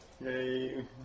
Yay